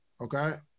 Okay